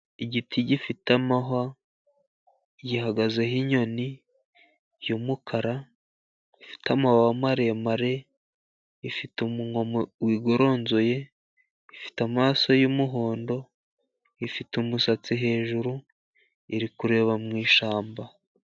Igiti gifite amahwa, gihagazeho inyoni y'umukara, ifite amababa maremare, ifite umunwa wigoronzoye ifite amaso y'umuhondo, ifite umusatsi hejuru, iri kureba mu ishyamba.